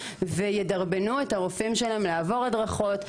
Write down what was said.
וידרבנו את הרופאים שלהם לעבור הדרכות,